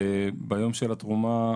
ביום של התרומה,